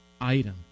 item